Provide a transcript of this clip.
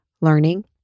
learning